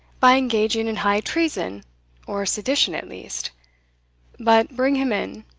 by engaging in high-treason, or sedition at least but bring him in.